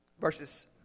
verses